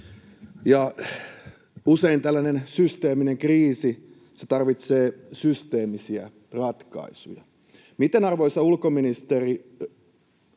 Usein tällainen systeeminen kriisi tarvitsee systeemisiä ratkaisuja. Miten, arvoisa ulkoministeri,